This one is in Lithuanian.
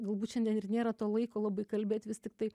galbūt šiandien ir nėra to laiko labai kalbėti vis tiktai